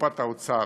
לקופת האוצר.